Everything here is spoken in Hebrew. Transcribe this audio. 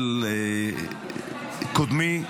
קודמי,